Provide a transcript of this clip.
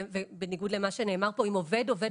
בניגוד למה שנאמר פה על עובד שעובד